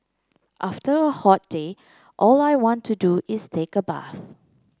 after a hot day all I want to do is take a bath